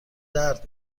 درد